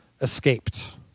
escaped